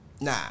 Nah